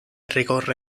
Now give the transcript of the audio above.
ricorre